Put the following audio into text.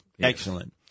Excellent